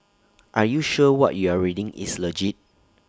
are you sure what you're reading is legit